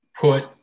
put